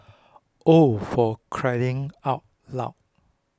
oh for crying out loud